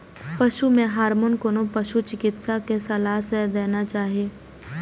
पशु मे हार्मोन कोनो पशु चिकित्सक के सलाह सं देना चाही